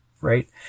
right